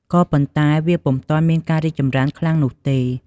ក៏ប៉ុន្តែវាពុំទាន់មានការរីកចម្រើនខ្លាំងនោះទេ។